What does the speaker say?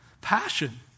passion